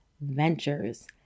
ventures